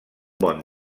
bon